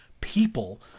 people